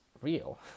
real